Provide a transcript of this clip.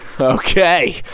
Okay